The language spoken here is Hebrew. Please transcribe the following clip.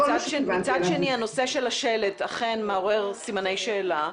מצד שני, הנושא של השלט אכן מעורר סימני שאלה.